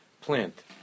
plant